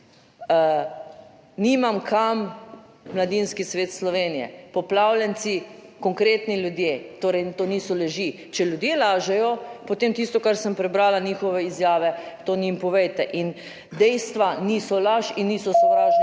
"Nimam kam!": Mladinski svet Slovenije. Poplavljenci, konkretni ljudje, torej to niso laži, če ljudje lažejo, potem tisto kar sem prebrala njihove izjave to njim povejte. In dejstva niso laž in niso sovražni